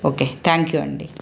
okay thank you అండి